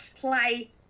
play